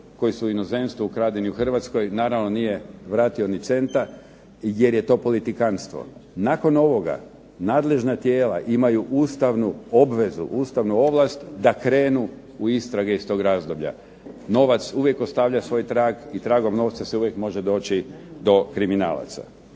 koji su inozemstvo ukradeni u Hrvatskoj. Naravno nije vratio ni centa, jer je to politikanstvo. Nakon ovoga nadležna tijela imaju ustavnu obvezu, ustavnu ovlast da krenu u istrage iz tog razdoblja. Novac uvijek ostavlja svoj trag i tragom novca se uvijek može doći do kriminalaca.